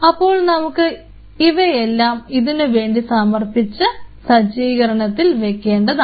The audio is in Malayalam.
അപ്പോൾ നമുക്ക് ഇവയെല്ലാം ഇതിനുവേണ്ടി സമർപ്പിച്ച സജ്ജീകരണത്തിൽ വെക്കേണ്ടതാണ്